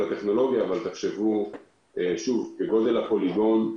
כגודל הפוליגון,